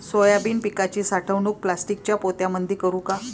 Soybean पिकाची साठवणूक प्लास्टिकच्या पोत्यामंदी करू का?